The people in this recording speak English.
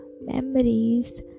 memories